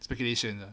speculation lah